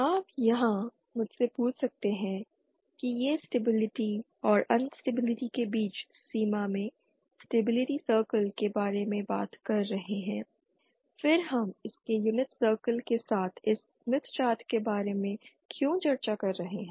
आप यहां मुझसे पूछ सकते हैं कि ये स्टेबिलिटी और अनस्टेबिलिटी के बीच सीमा में स्टेबिलिटी सर्कल के बारे में बात कर रहे हैं फिर हम इसके यूनिट सर्कल के साथ इस स्मिथ चार्ट के बारे में क्यों चर्चा कर रहे हैं